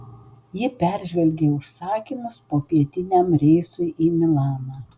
ji peržvelgė užsakymus popietiniam reisui į milaną